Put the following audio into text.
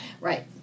Right